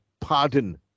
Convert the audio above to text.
pardon